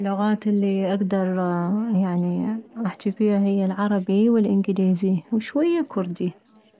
اللغات الي اكدر يعني احجي بيها هي العربي والانكليزي وشوية كردي